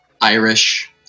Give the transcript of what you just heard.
Irish